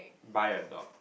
buy a dog